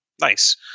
nice